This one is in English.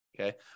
Okay